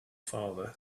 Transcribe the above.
father